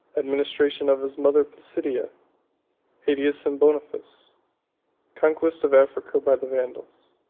administration of his mother placidia aetius and boniface conquest of africa by the vandals.